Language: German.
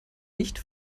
nicht